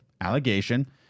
allegation